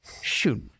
shoot